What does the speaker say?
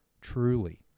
Truly